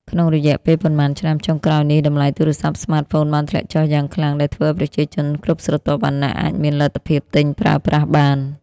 ក្នុងរយៈពេលប៉ុន្មានឆ្នាំចុងក្រោយនេះ តម្លៃទូរសព្ទស្មាតហ្វូនបានធ្លាក់ចុះយ៉ាងខ្លាំង ដែលធ្វើឲ្យប្រជាជនគ្រប់ស្រទាប់វណ្ណៈអាចមានលទ្ធភាពទិញប្រើប្រាស់បាន។